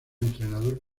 entrenador